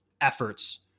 efforts